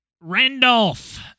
Randolph